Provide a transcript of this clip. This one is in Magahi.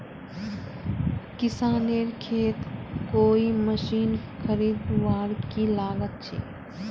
किसानेर केते कोई मशीन खरीदवार की लागत छे?